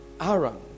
Aram